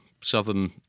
Southern